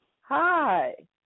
Hi